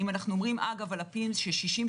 אם אנחנו אומרים על ה-PIMS ש-60%,